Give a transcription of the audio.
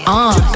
on